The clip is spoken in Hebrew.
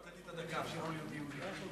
חבר הכנסת יואל חסון,